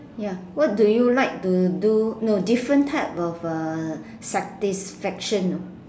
ya what do you like to do no different type of uh satisfaction